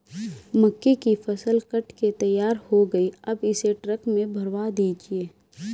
मक्के की फसल कट के तैयार हो गई है अब इसे ट्रक में भरवा दीजिए